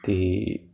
ਅਤੇ